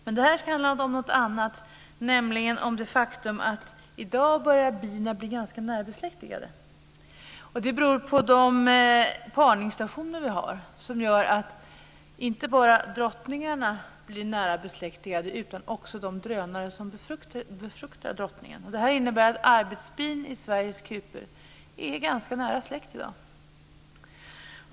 Men det här ska handla om något annat, nämligen om det faktum att bina i dag börjar bli ganska närbesläktade. Det beror på de parningsstationer som gör att inte bara drottningarna blir nära besläktade utan också de drönare som befruktar drottningen. Det innebär att arbetsbin i Sveriges kupor är ganska nära släkt i dag.